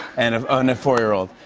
and a and four year old.